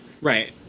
right